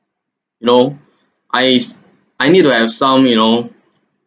you know I I need to have some you know